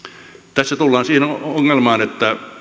tässä tullaan siihen ongelmaan